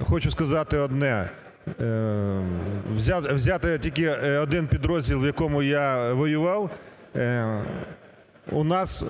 хочу сказати одне, взяти тільки один підрозділ, в якому я воював, у нас